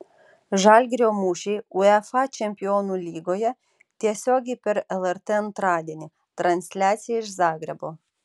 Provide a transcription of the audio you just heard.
žalgirio mūšiai uefa čempionų lygoje tiesiogiai per lrt antradienį transliacija iš zagrebo